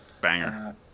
Banger